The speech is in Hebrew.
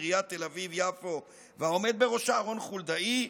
עיריית תל אביב-יפו והעומד בראשה רון חולדאי,